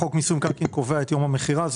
חוק מיסוי מקרקעין קובע את יום המכירה.